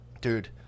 Dude